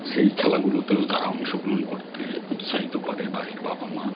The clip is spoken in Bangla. সেই খেলাগুলোতেও তারা অংশগ্রহণ করতে উৎসাহিত করে বা এর বাবা মা